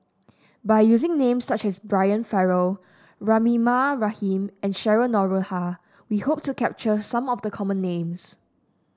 by using names such as Brian Farrell Rahimah Rahim and Cheryl Noronha we hope to capture some of the common names